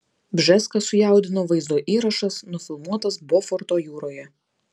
bžeską sujaudino vaizdo įrašas nufilmuotas boforto jūroje